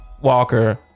Walker